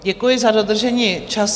Děkuji za dodržení času.